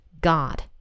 God